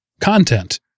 content